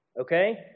Okay